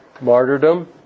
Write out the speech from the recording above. martyrdom